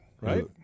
right